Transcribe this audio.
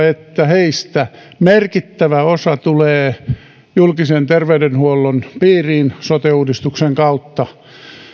että heistä merkittävä osa tulee julkisen terveydenhuollon piiriin sote uudistuksen kautta